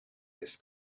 this